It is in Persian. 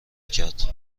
کرد